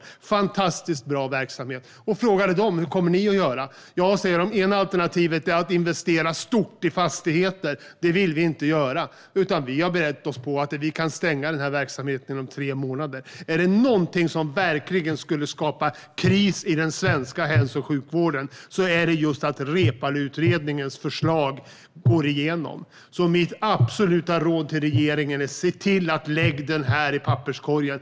Det är en fantastiskt bra verksamhet. Jag frågade dem hur de kommer att göra. De säger att ett alternativ är att investera stort i fastigheter, men det vill de inte göra. De har berett sig på att kunna stänga verksamheten inom tre månader. Om det är något som verkligen skulle skapa kris i den svenska hälso och sjukvården är det just att Reepaluutredningens förslag går igenom. Mitt absoluta råd till regeringen är att se till att lägga utredningen i papperskorgen.